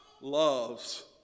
loves